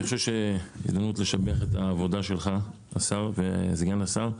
אני חושב שזו הזדמנות לשבח את העבודה שלך השר וסגן השר,